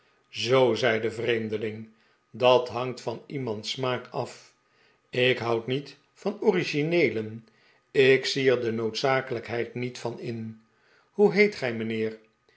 zoo zei de vreemdeling dat hangt van iemands smaak af ik houd niet van origineelen ik zie er de noodzakelijkheid niet van in hoe heet gij mijnheer